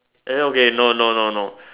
eh okay no no no no